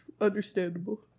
Understandable